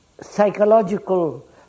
psychological